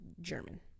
German